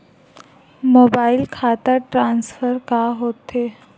Mobile खाता transfer का होथे?